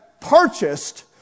purchased